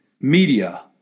media